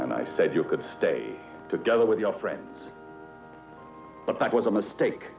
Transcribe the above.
and i said you could stay together with your friends but that was a mistake